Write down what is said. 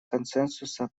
консенсуса